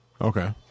Okay